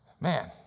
Man